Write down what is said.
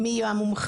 מי יהיו המומחים,